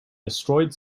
destroyed